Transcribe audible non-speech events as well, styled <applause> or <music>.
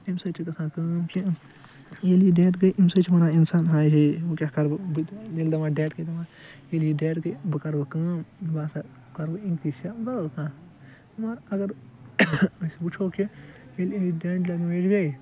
امہ سۭتۍ چھِ گَژھان کٲم کہ ییٚلہِ یہِ ڈیٚڈ گے امہ سۭتۍ چھِ ونان اِنسان ہاے ہے وۄنۍ کیاہ کَرٕ بہٕ ییٚلہِ دَپان ڈیٚڈ گے ییٚلہِ یہِ ڈیٚڈ گے وۄنۍ کرو کٲم وۄنۍ بہٕ ہَسا کرو <unintelligible> بَدَل کانٛہہ مگر اگر أسۍ وٕچھو کہ ییٚلہِ یہِ ڈیٚڈ لنگویج گے